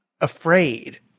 afraid